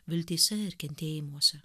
viltyse ir kentėjimuose